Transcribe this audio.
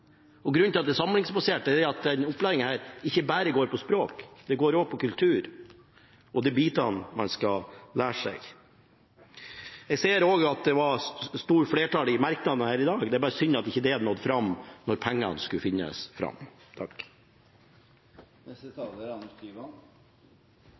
fjernundervisning. Grunnen til at det er samlingsbasert, er at dette opplegget ikke bare går på språk, det går også på kultur og de bitene man skal lære seg. Jeg ser også at det var stort flertall i merknadene her i dag, det er bare synd at det ikke nådde fram da pengene skulle finnes fram. For Kristelig Folkeparti er